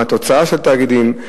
מה התוצאה של תאגידים,